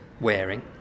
wearing